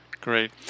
great